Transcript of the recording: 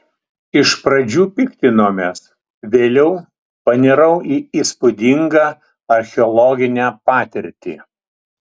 iš pradžių piktinomės vėliau panirau į įspūdingą archeologinę patirtį